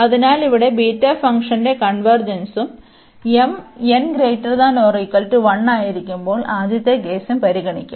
അതിനാൽ ഇവിടെ ബീറ്റ ഫംഗ്ഷന്റെ കൺവെർജെൻസും m n≥1 ആയിരിക്കുമ്പോൾ ആദ്യത്തെ കേസും പരിഗണിക്കും